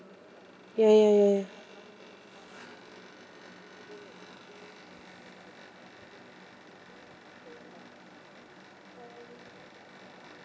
ya ya ya ya